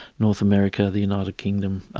north america, the united kingdom.